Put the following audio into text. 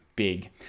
big